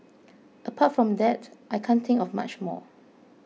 apart from that I can't think of much more